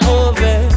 over